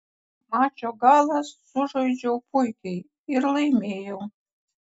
mačo galą sužaidžiau puikiai ir laimėjau